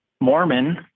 Mormon